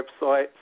websites